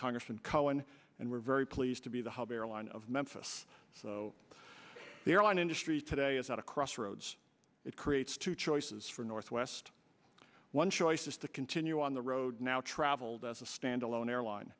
congressman cohen and we're very pleased to be the hub airline of memphis so the airline industry today is at a crossroads it creates two choices for northwest one choice is to continue on the road now traveled as a standalone airline